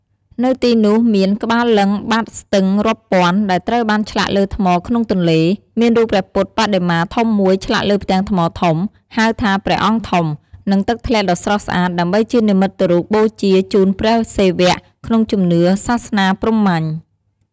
នៅទីនោះ មាន ក្បាលលិង្គបាតស្ទឹងរាប់ពាន់ ដែលត្រូវបានឆ្លាក់លើថ្មក្នុងទន្លេ មានរូបព្រះពុទ្ធបដិមាធំមួយឆ្លាក់លើផ្ទាំងថ្មធំ ហៅថាព្រះអង្គធំ និងទឹកធ្លាក់ដ៏ស្រស់ស្អាត ដើម្បីជានិមិត្តរូបបូជាជូនព្រះសិវៈ ក្នុងជំនឿសាសនាព្រហ្មញ្ញ ។